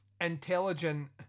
intelligent